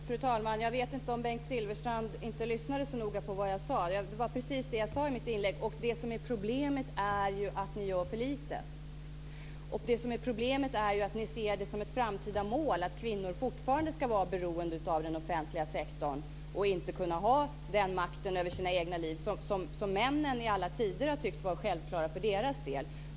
Fru talman! Jag vet inte om Bengt Silfverstrand inte lyssnade så noga på vad jag sade, eftersom det var precis det jag sade i mitt inlägg. Problemet är att ni gör för lite. Ni ser det som ett framtida mål att kvinnor fortfarande ska vara beroende av den offentliga sektorn och inte kunna ha den makt över sina egna liv som männen i alla tider har tyckt varit självklar för deras del.